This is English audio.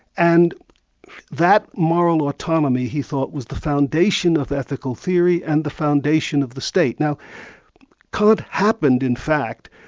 and that moral autonomy he thought was the foundation of ethical theory and the foundation of the state. now kant happened in fact,